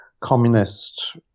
communist